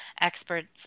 Experts